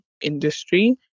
industry